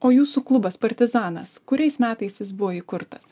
o jūsų klubas partizanas kuriais metais jis buvo įkurtas